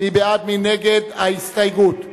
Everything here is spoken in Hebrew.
35 בעד ההסתייגות, אבל 57 נגד.